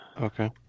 Okay